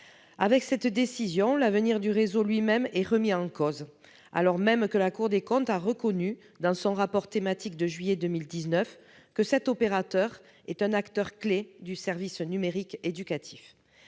Avec cette décision, l'avenir du réseau lui-même est remis en cause, alors même que la Cour des comptes a reconnu dans son rapport thématique de juillet 2019 que cet opérateur est un acteur clé du service numérique éducatif.